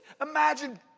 Imagine